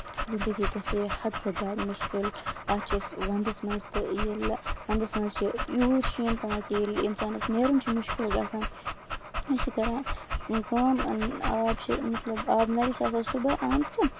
زندگی گژھِ ہے حدٕ کھۄتہٕ زیادٕ مُشکِل اَتھ چھِ أسۍ وَندس منٛز تہِ ییٚلہِ وَندس منٛز چھِ یوٗت شیٖن پیوان ییٚلہِ اِنسانَس نیرُن چھُ مُشکِل چھُ گژھان أسۍ چھِ کران کٲم آب چھِ مطلب آبہٕ نلہِ چھِ آسان صبُحٲے آمژٕ